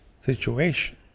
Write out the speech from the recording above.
situation